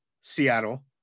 Seattle